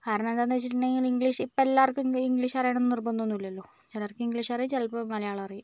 കാരണം എന്താന്ന്ച്ചിട്ടുണ്ടെങ്കിൽ ഇംഗ്ലീഷ് ഇപ്പം എല്ലാവർക്കും ഇംഗ്ലീഷ് അറിയണമെന്ന് നിർബന്ധമൊന്നും ഇല്ലല്ലോ ചിലർക്ക് ഇംഗ്ലീഷ് അറിയാം ചിലർക്ക് മലയാളം അറിയാം